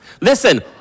Listen